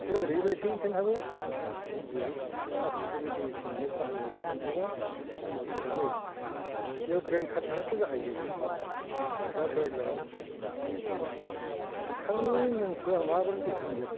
बिसोर ओरैबादि सैनो हागौ जे खाथिखौ मिहि सैनानै सानदुङाव एसे लामस्रोबाय लामस्रोनानै बेयाव ब्रेइन खाथिनांगौ जाहैयो दा धरिलक बिथांनि मुंखौ आं माबोरै दैखांगोन